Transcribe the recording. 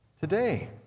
today